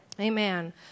Amen